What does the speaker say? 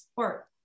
support